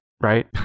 right